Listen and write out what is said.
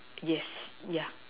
yes yeah